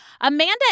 Amanda